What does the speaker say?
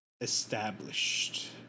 Established